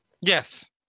Yes